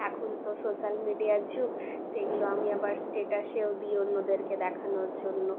এখন তো সোশ্যাল মিডিয়ার যুগ সেইগুলো আমি আবার স্টেটাসেও দিই অন্যদেরকে দেখানোর জন্য